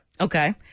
Okay